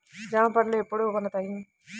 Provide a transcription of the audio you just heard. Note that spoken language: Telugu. జామ పండ్లు ఎప్పుడు పండుతాయి?